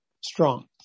strong